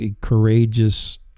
courageous